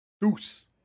Deuce